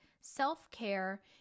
self-care